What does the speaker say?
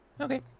Okay